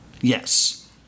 Yes